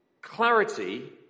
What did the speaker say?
clarity